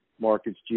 markets